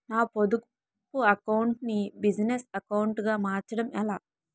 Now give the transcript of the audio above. నా పొదుపు అకౌంట్ నీ బిజినెస్ అకౌంట్ గా మార్చడం ఎలా?